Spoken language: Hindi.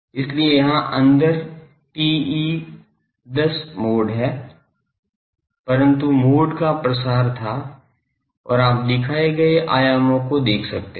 इसलिए वहाँ अंदर TE10 मोड था प्रमुख मोड का प्रसार था और आप दिखाए गए आयामों को देख सकते हैं